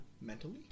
mentally